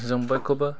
जों बयखौबो